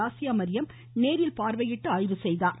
Asia Mariyam நேரில் பார்வையிட்டு ஆய்வு செய்தார்